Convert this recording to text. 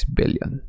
billion